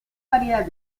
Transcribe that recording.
variedad